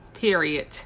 Period